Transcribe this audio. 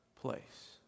place